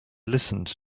listened